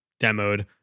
demoed